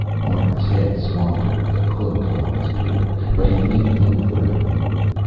martin's head swung toward the closed office door. but he made no further move.